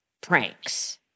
pranks